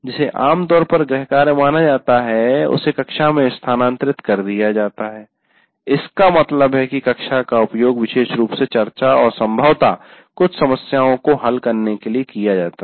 जिसे आमतौर पर गृहकार्य माना जाता है उसे कक्षा में स्थानांतरित कर दिया जाता है इसका मतलब है कि कक्षा का उपयोग विशेष रूप से चर्चा और संभवतः कुछ समस्याओं को हल करने के लिए किया जाता है